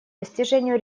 достижению